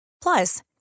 Plus